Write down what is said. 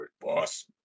boss